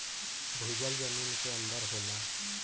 भूजल जमीन के अंदर होला